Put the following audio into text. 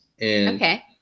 Okay